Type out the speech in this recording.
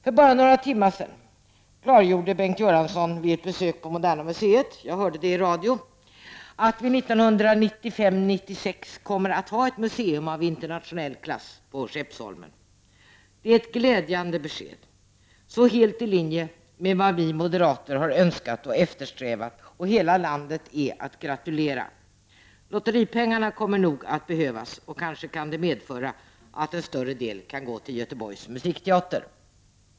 För bara några timmar sedan klargjorde Bengt Göransson vid ett besök på Moderna museet — jag hörde det i radio — att vi 1995—1996 kommer att ha ett museum av internationell klass på Skeppsholmen. Det är ett glädjande besked, så helt i linje med vad vi moderater har önskat och eftersträvat. Hela landet är att gratulera. Lotteripengarna kommer nog att behövas, och kanske kan det medföra att en större del kan gå till Göteborgs musikteater.